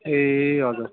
ए हजुर